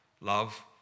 Love